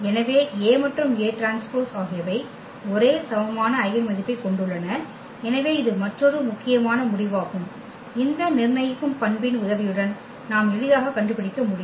எனவே A மற்றும் AT ஆகியவை ஒரே சமமான ஐகென் மதிப்பைக் கொண்டுள்ளன எனவே இது மற்றொரு முக்கியமான முடிவாகும் இந்த நிர்ணயிக்கும் பண்பின் உதவியுடன் நாம் எளிதாகக் கண்டுபிடிக்க முடியும்